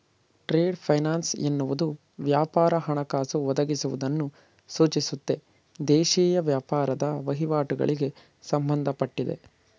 trade finance ಎನ್ನುವುದು ವ್ಯಾಪಾರ ಹಣಕಾಸು ಒದಗಿಸುವುದನ್ನು ಸೂಚಿಸುತ್ತೆ ದೇಶೀಯ ವ್ಯಾಪಾರದ ವಹಿವಾಟುಗಳಿಗೆ ಸಂಬಂಧಪಟ್ಟಿದೆ